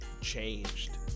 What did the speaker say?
changed